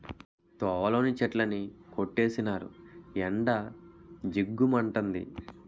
తోవలోని చెట్లన్నీ కొట్టీసినారు ఎండ జిగ్గు మంతంది